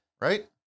Right